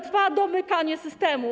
Trwa domykanie systemu.